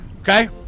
Okay